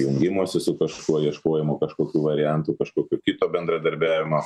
jungimosi su kažkuo ieškojimo kažkokių variantų kažkokio kito bendradarbiavimo